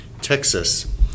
Texas